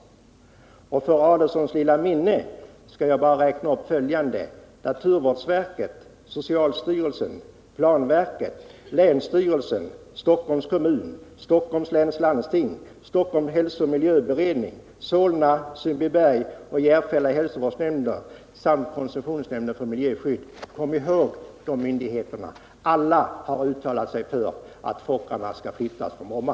För att Ulf Adelsohn skall ha det i minnet skall jag bara räkna upp följande myndigheter: naturvårdsverket, socialstyrelsen, planverket, länsstyrelsen, Stockholms kommun, Stockholms läns landsting, Stockholms hälsooch miljöberedning, Solnas, Sundbybergs och Järfällas hälsovårdsnämnder samt koncessionsnämnden för miljöskydd. Kom ihåg de myndigheterna! Alla har uttalat sig för att Fokkerplanen skall flyttas från Bromma.